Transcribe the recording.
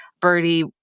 Birdie